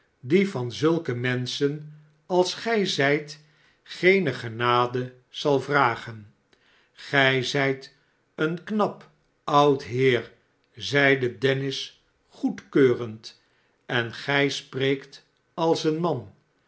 die van zulke menschen als gij zijt geene genade zal vragen gij zijt een knap oud heer zeide dennis goedkeurend en gij spreekt als een man